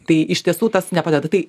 tai iš tiesų tas nepadeda tai